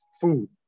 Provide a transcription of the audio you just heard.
food